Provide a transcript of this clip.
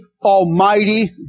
almighty